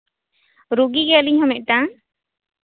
ᱨᱩᱜᱤᱜᱮ ᱟᱹᱞᱤᱧ ᱦᱚᱸ ᱢᱤᱫᱴᱟᱱ